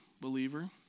believer